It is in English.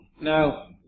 Now